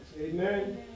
Amen